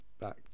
back